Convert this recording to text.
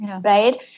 right